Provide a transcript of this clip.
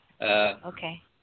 Okay